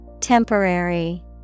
Temporary